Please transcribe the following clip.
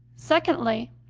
secondly,